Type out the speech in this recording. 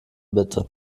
bitte